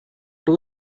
two